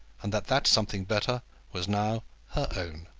and that that something better was now her own.